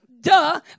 duh